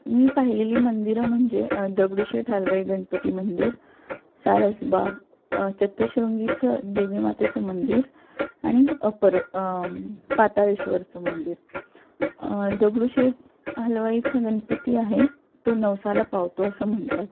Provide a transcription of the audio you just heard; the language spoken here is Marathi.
मी पाहिलेली मंदिरं म्हणजे दगडुशेठ हलवाई गणपती मंदिर सारसबाग चतुःशृंगीचं देवीमातेचं मंदिर आणि पर पाताळेश्वरचं मंदिर दगडुशेठ हलवाईचा गणपती आहे तो नवसाला पावतो असं म्हणतात